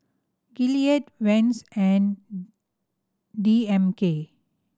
Gillette Vans and D M K